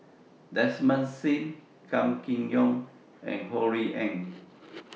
Desmond SIM Kam Kee Yong and Ho Rui An